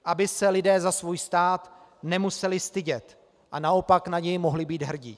Aby se lidé za svůj stát nemuseli stydět, a naopak na něj mohli být hrdi.